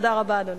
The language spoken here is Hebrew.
תודה רבה, אדוני.